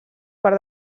per